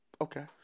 Okay